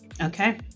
Okay